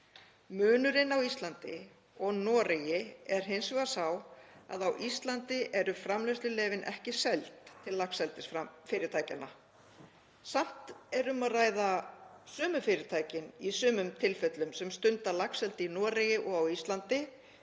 Munurinn á Íslandi og Noregi er hins vegar sá að á Íslandi eru framleiðsluleyfin ekki seld til laxeldisfyrirtækjanna. Samt er um að ræða sömu fyrirtækin í sumum tilfellum sem stunda laxeldi í Noregi og á Íslandi,